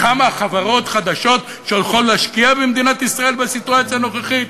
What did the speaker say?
כמה חברות חדשות שהולכות להשקיע במדינת ישראל בסיטואציה הנוכחית,